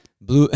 blue